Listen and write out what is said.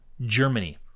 Germany